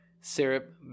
syrup